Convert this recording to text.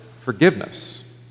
forgiveness